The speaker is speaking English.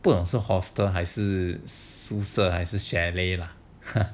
不懂是 hostel 还是宿舍还是 chalet lah